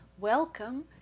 Welcome